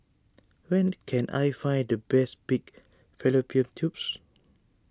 where can I find the best Pig Fallopian Tubes